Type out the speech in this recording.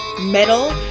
Metal